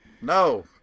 no